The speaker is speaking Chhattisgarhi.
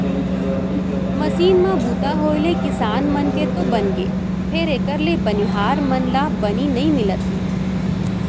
मसीन म बूता होय ले किसान मन के तो बनगे फेर एकर ले बनिहार मन ला बनी नइ मिलत हे